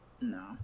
No